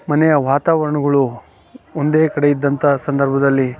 ಮನೆಯ ವಾತಾವರ್ಣಗಳು ಒಂದೇ ಕಡೆ ಇದ್ದಂಥ ಸಂದರ್ಭದಲ್ಲಿ